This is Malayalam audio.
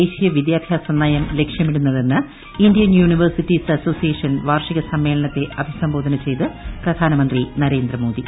ദേശീയ വിദ്യാഭ്യാസ നയം ലക്ഷ്യമിടുന്നതെന്ന് ഇന്ത്യൻ യൂണിവേഴ്സിറ്റീസ് അസോസിയേഷൻ വാർഷിക സമ്മേളനത്തെ അഭിസംബോധന ചെയ്ത് പ്രധാനമന്ത്രി നരേന്ദ്രമോദി